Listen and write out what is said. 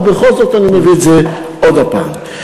ובכל זאת אני מביא את זה עוד הפעם.